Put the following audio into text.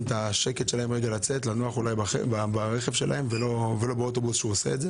לפעמים לצאת ולנוח ברכב שלהם בשקט ולא באוטובוס.